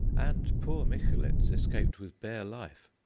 and poor micholitz escaped with bare life.